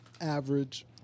Average